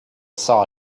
saw